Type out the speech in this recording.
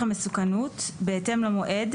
המסוכנות בהתאם למועד,